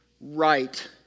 Right